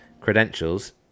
credentials